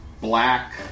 black